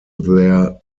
their